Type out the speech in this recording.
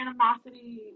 animosity